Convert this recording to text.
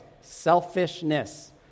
selfishness